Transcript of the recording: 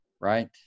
Right